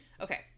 Okay